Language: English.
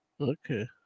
Okay